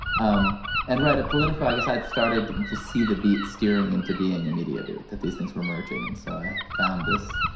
um and right, at politico, i guess i had started to see the beat steering into being a media beat. that these things were merging. and so i found this,